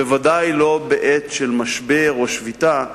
בוודאי בעת שאין משבר או שביתה,